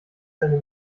seine